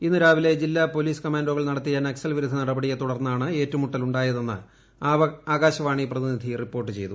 ഇന്ന് രാവിലെ ജില്ലാ പൊലീസ് കമാൻപ്പോക്കൾ നടത്തിയ നക്സൽ വിരുദ്ധ നടപടിയെ തുടർന്നൂണ്ട് ഏറ്റുമുട്ടൽ ഉണ്ടായതെന്ന് ആകാശവാണി പ്രതിനിധി റിപ്പോർട്ട് ചെയ്തു